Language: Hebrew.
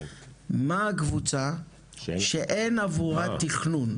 מה הקבוצה שאין עבורה תכנון?